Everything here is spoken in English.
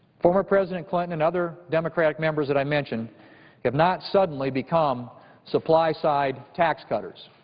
former president clinton and other democratic members that i mentioned have not suddenly become supply-side tax cutters,